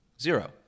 Zero